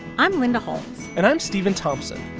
i'm linda holmes and i'm stephen thompson.